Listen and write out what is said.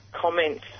comments